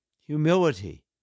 humility